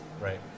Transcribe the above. Right